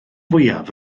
fwyaf